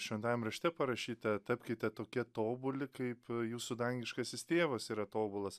šventajam rašte parašyta tapkite tokie tobuli kai jūsų dangiškasis tėvas yra tobulas